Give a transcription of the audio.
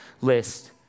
list